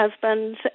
husband